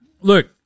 Look